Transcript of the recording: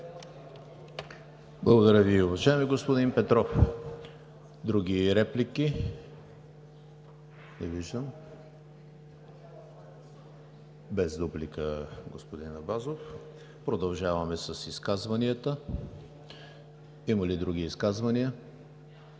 Благодаря Ви, уважаеми господин Петров. Други реплики? (Шум и реплики.) Без дуплика, господин Абазов. Продължаваме с изказванията. Има ли други изказвания?